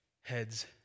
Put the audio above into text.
heads